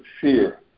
fear